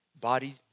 body